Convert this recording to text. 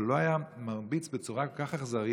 אבל הוא לא היה מרביץ בצורה כל כך אכזרית